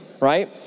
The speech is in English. right